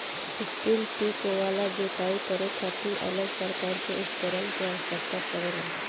strip till वाला जोताई करे खातिर अलग प्रकार के उपकरण के आवस्यकता पड़ेला